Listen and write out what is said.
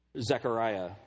Zechariah